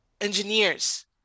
engineers